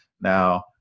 Now